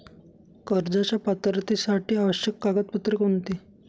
कर्जाच्या पात्रतेसाठी आवश्यक कागदपत्रे कोणती?